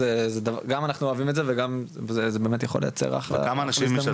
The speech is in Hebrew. גם אנחנו אוהבים את זה וגם זה באמת יכול לייצר אחלה הזדמנות.